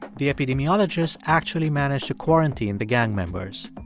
the epidemiologists actually managed to quarantine the gang members.